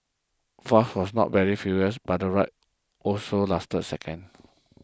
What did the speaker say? fast but not very furious the ride also lasted seconds